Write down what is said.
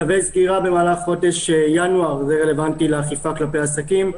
צווי סגירה במהלך חודש ינואר זה רלוונטי לאכיפה כלפי עסקים,